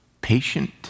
patient